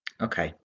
Okay